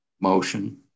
motion